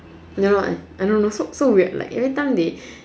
you know what I don't know like so so weird every time they